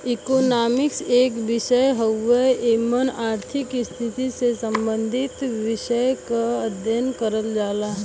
economics एक विषय हउवे एमन आर्थिक स्थिति से सम्बंधित विषय क अध्ययन करल जाला